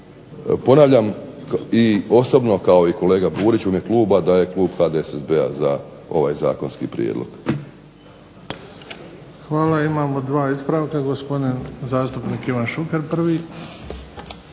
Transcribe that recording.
Ponavljam, i osobno kao i kolega Burić u ime kluba da je klub HDSSB-a za ovaj zakonski prijedlog. **Bebić, Luka (HDZ)** Hvala. Imamo dva ispravka. Gospodin zastupnik Ivan Šuker, prvi.